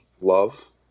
love